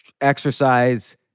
exercise